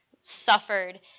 suffered